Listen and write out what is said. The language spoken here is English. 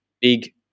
Big